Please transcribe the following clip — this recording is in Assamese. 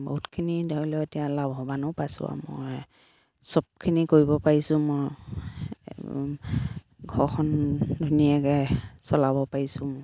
বহুতখিনি ধৰি লওক এতিয়া লাভৱানো পাইছোঁ আও মই চবখিনি কৰিব পাৰিছোঁ মই ঘৰখন ধুনীয়াকে চলাব পাৰিছোঁ মই